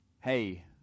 hey